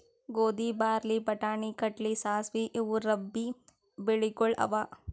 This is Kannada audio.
ಗೋಧಿ, ಬಾರ್ಲಿ, ಬಟಾಣಿ, ಕಡ್ಲಿ, ಸಾಸ್ವಿ ಇವು ರಬ್ಬೀ ಬೆಳಿಗೊಳ್ ಅವಾ